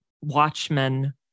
watchmen